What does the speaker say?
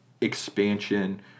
expansion